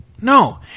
No